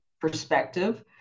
perspective